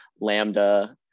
Lambda